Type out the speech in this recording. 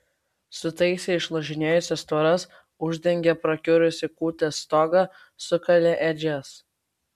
sutaisė išlūžinėjusias tvoras uždengė prakiurusį kūtės stogą sukalė ėdžias